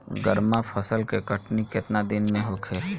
गर्मा फसल के कटनी केतना दिन में होखे?